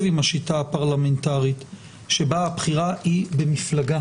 עם השיטה הפרלמנטרית שבה הבחירה היא במפלגה